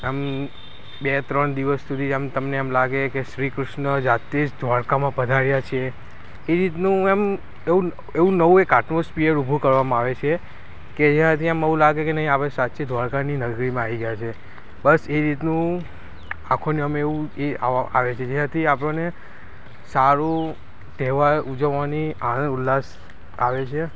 આમ બે ત્રણ દિવસ સુધી આમ તમને એમ લાગે કે શ્રી કૃષ્ણ જાતે જ દ્વારકામાં પધાર્યા છે એ રીતનું એમ એવું એવું નવું એક આટમોસ્ફિયર ઊભું કરવામાં આવે છે કે અહીંયા ત્યાં એમ લાગે કે આમ સાચે દ્વારકાની નગરીમાં આવી ગયા છે બસ એ રીતનું આંખોને ગમે એવું આવે છે જેનાથી અમને સારું તહેવાર ઉજવવાની આનંદ ઉલ્લાસ આવે છે